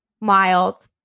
Mild